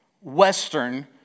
western